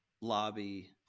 lobby